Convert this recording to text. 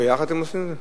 ביחד אתם עושים את זה?